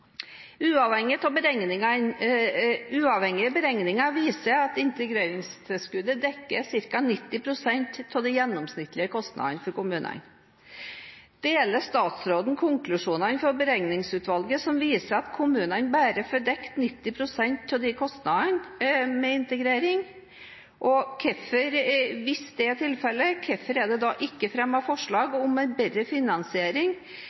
Uavhengige beregninger viser at integreringstilskuddet dekker ca. 90 pst. av de gjennomsnittlige kostnadene for kommunene. Deler statsråden konklusjonene fra Beregningsutvalget, som viser at kommunene bare får dekket 90 pst. av kostnadene med tanke på integrering? Og hvis det er tilfelle, hvorfor er det da ikke fremmet forslag om en bedre finansiering